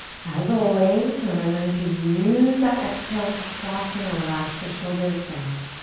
as always, remembering to use that exhale to soften, relax the shoulders down.